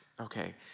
Okay